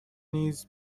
نیز